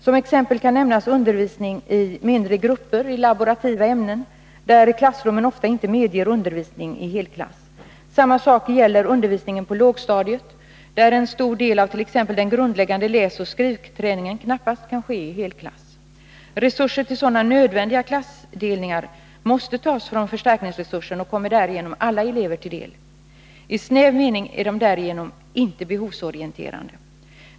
Som exempel kan nämnas undervisning i mindre grupper i laborativa ämnen, där klassrummen ofta inte medger undervisning i helklass. Samma sak gäller undervisningen på lågstadiet, där en stor del av t.ex. den grundläggande läsoch skrivträningen knappast kan ske i helklass. Resurser till sådana ”nödvändiga” klassdelningar måste tas från förstärkningsresursen och kommer därigenom alla elever till del. I snäv mening är de därigenom inte behovsorienterande.